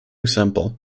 sample